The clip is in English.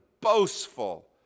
boastful